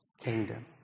kingdom